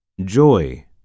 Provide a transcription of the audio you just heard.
joy